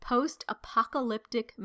Post-apocalyptic